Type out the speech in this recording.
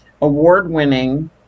award-winning